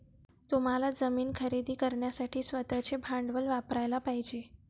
तुम्हाला जमीन खरेदी करण्यासाठी स्वतःचे भांडवल वापरयाला पाहिजे